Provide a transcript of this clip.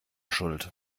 schuld